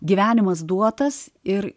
gyvenimas duotas ir